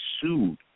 sued